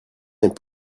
est